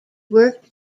worked